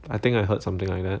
I think I heard something like that